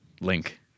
Link